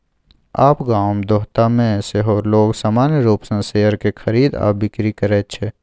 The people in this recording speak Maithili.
आब गाम देहातमे सेहो लोग सामान्य रूपसँ शेयरक खरीद आ बिकरी करैत छै